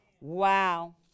Wow